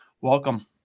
Welcome